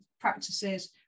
practices